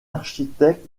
architecte